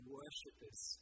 worshippers